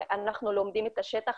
אנחנו לומדים את השטח,